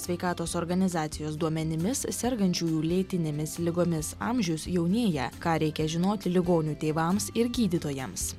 sveikatos organizacijos duomenimis sergančiųjų lėtinėmis ligomis amžius jaunėja ką reikia žinoti ligonio tėvams ir gydytojams